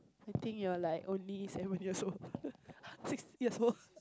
I think you will like only seven years old six years old